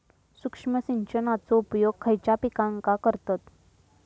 सूक्ष्म सिंचनाचो उपयोग खयच्या पिकांका करतत?